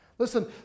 Listen